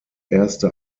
erste